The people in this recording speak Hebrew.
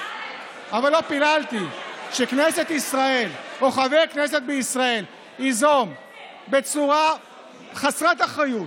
אבל לא פיללתי שכנסת ישראל או חבר כנסת בישראל ייזום בצורה חסרת אחריות,